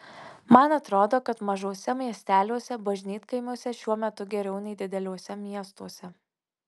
man atrodo kad mažuose miesteliuose bažnytkaimiuose šiuo metu geriau nei dideliuose miestuose